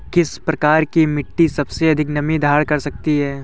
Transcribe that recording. किस प्रकार की मिट्टी सबसे अधिक नमी धारण कर सकती है?